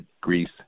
Greece